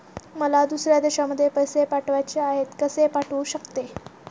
मला दुसऱ्या देशामध्ये पैसे पाठवायचे आहेत कसे पाठवू शकते?